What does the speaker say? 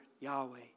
Yahweh